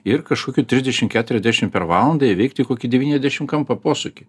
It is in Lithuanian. ir kažkokiu trisdešim keturiasdešim per valandą įveikti kokį devyniasdešim kampą posūkį